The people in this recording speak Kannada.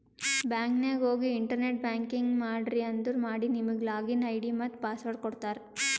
ಬ್ಯಾಂಕ್ ನಾಗ್ ಹೋಗಿ ಇಂಟರ್ನೆಟ್ ಬ್ಯಾಂಕಿಂಗ್ ಮಾಡ್ರಿ ಅಂದುರ್ ಮಾಡಿ ನಿಮುಗ್ ಲಾಗಿನ್ ಐ.ಡಿ ಮತ್ತ ಪಾಸ್ವರ್ಡ್ ಕೊಡ್ತಾರ್